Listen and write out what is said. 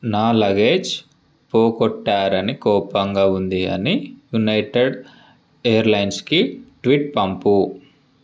నా లగేజ్ పోకొట్టారని కోపంగా ఉంది అని యునైటెడ్ ఎయిర్లైన్స్కి ట్వీట్ పంపు